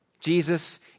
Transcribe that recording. Jesus